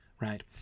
right